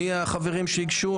מי החברים שהגישו?